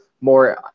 more